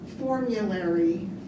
formulary